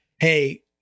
hey